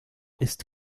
ist